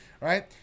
right